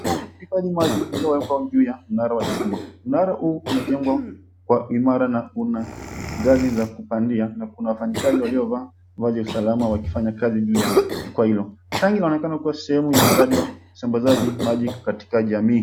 Wanafanya kazi juu ya mnara wa chuma. Mnara huu umejengwa kwa imara na una ngazi za kupandia na kuna wafanyikazi walio vaa vazi ya usalama wakifanya kazi juu ya jukwaa hilo. Tangi linaonekana kuwa sehemu ya mradi wa usambazaji maji katika jamii.